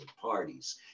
parties